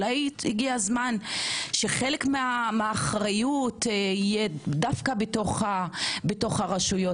אולי הגיע זמן שחלק מהאחריות יהיה דווקא בתוך הרשויות.